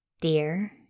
Dear